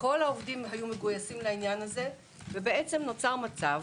כל העובדים היו מגויסים לעניין הזה ונוצר מצב,